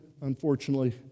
unfortunately